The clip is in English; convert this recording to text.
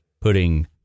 putting